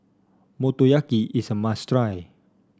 motoyaki is a must try